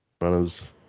runners